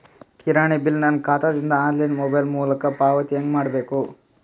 ಕಿರಾಣಿ ಬಿಲ್ ನನ್ನ ಖಾತಾ ದಿಂದ ಆನ್ಲೈನ್ ಮೊಬೈಲ್ ಮೊಲಕ ಪಾವತಿ ಹೆಂಗ್ ಮಾಡಬೇಕು?